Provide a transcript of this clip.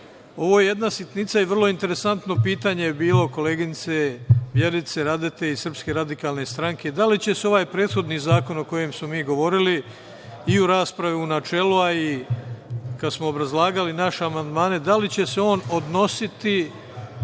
Ovo je jedna sitnica i vrlo je interesantno pitanje bilo koleginice Vjerice Radete i SRS – da li će se ovaj prethodni zakon o kojem smo mi govorili i u raspravi u načelu, a i kada smo obrazlagali naše amandmane, odnositi